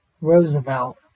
Roosevelt